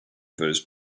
those